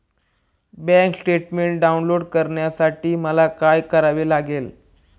Bank statement download करण्यासाठी मला काय करावे लागेल?